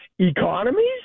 economies